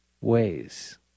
ways